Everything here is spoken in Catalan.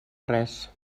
res